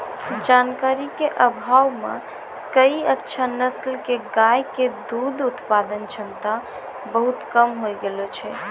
जानकारी के अभाव मॅ कई अच्छा नस्ल के गाय के दूध उत्पादन क्षमता बहुत कम होय गेलो छै